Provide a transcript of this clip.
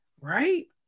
right